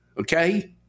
okay